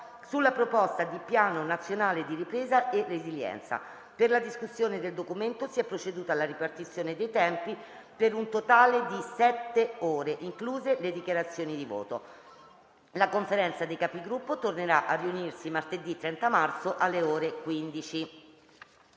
sulla proposta di Piano nazionale di ripresa e resilienza. Per la discussione del documento si è proceduto alla ripartizione dei tempi per un totale di sette ore, incluse le dichiarazioni di voto. La Conferenza dei Capigruppo tornerà a riunirsi martedì 30 marzo, alle ore 15.